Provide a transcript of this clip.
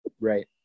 Right